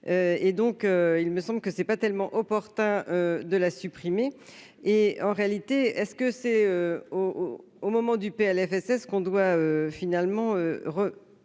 et donc il me semble que c'est pas tellement opportun de la supprimer et en réalité est-ce que c'est au moment du PLFSS qu'on doit finalement mettre